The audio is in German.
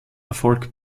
erfolg